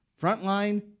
frontline